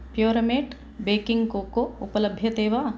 प्योरमेट् baking cocoa उपलभ्यते वा